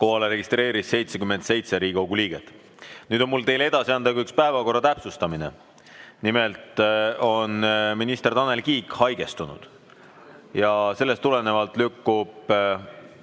registreerus 77 Riigikogu liiget. Nüüd on mul teile edasi anda ka üks päevakorra täpsustamise teade. Nimelt on minister Tanel Kiik haigestunud ja sellest tulenevalt lükkub